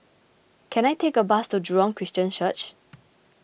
can I take a bus to Jurong Christian Church